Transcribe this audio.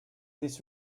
this